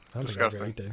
disgusting